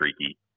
streaky